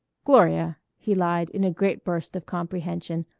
gloria, he lied, in a great burst of comprehension,